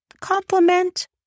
compliment